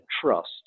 trust